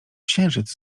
księżyc